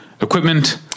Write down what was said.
equipment